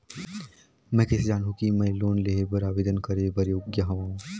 मैं किसे जानहूं कि मैं लोन लेहे बर आवेदन करे बर योग्य हंव?